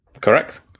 correct